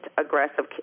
aggressive